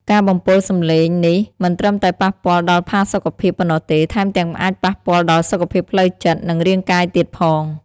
ការបំពុលសំឡេងនេះមិនត្រឹមតែប៉ះពាល់ដល់ផាសុកភាពប៉ុណ្ណោះទេ ថែមទាំងអាចប៉ះពាល់ដល់សុខភាពផ្លូវចិត្ត និងរាងកាយទៀតផង។